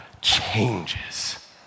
changes